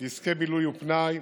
עסקי בילוי ופנאי,